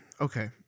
okay